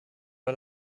war